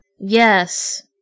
Yes